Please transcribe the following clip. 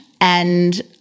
And-